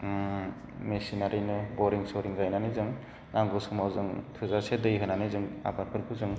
मेशिनआरिनो बरिं सरिं गायनानै जों नांगौ समाव जों थोजासे दै होनानै जों आबादफोरखौ जों